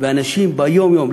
אנשים ביום-יום,